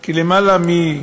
כי יש למעלה מ-100,000,